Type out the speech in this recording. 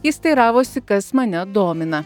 jis teiravosi kas mane domina